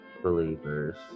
believers